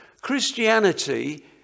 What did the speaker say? Christianity